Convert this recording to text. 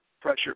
pressure